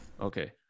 Okay